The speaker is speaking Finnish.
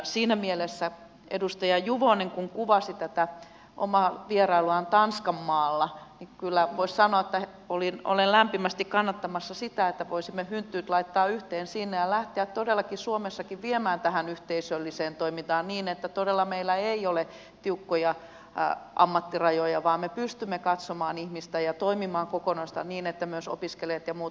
siinä mielessä kun edustaja juvonen kuvasi tätä omaa vierailuaan tanskanmaalla voisi kyllä sanoa että olen lämpimästi kannattamassa sitä että voisimme hynttyyt laittaa yhteen siinä ja lähteä todellakin suomessakin viemään tätä yhteisölliseen toimintaan niin että todella meillä ei ole tiukkoja ammattirajoja vaan me pystymme katsomaan ihmistä ja toimimaan kokonaisuutena niin että myös opiskelijat ja muut toimivat